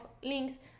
links